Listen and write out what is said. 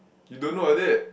you don't know like that